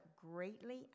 greatly